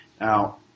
Now